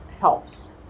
helps